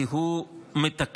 כי הוא מתקן,